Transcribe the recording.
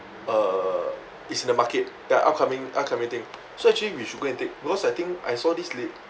uh it's in the market the upcoming upcoming thing so actually we should go and take because I think I saw this li~